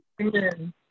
Amen